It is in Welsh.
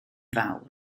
fawr